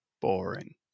boring